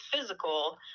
physical